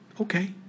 Okay